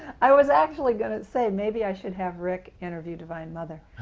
i was actually going to say, maybe i should have rick interview divine mother.